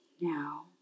Now